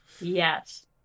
Yes